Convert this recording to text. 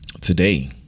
Today